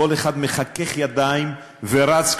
כל אחד מחכך ידיים ורץ,